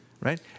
right